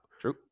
true